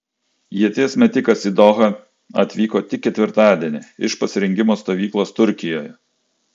ieties metikas į dohą atvyko tik ketvirtadienį iš pasirengimo stovyklos turkijoje